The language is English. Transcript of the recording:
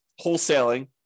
wholesaling